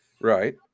right